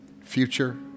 future